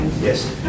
Yes